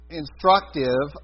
instructive